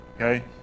okay